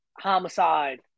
Homicide